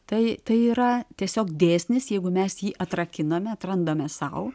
tai tai yra tiesiog dėsnis jeigu mes jį atrakiname atrandame sau